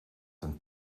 een